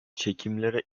çekimlere